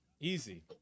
Easy